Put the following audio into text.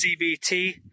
CBT